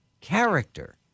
character